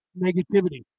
negativity